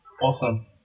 Awesome